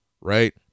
right